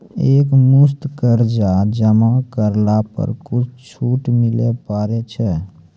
एक मुस्त कर्जा जमा करला पर कुछ छुट मिले पारे छै?